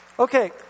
Okay